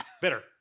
Bitter